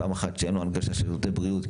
פעם אחת שאין לו הנגשת שירותי בריאות,